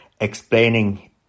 explaining